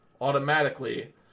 automatically